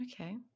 Okay